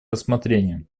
рассмотрения